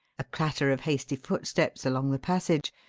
a clatter of hasty footsteps along the passage,